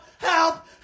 help